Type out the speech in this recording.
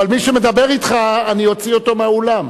אבל מי שמדבר אתך אני אוציא אותו מהאולם.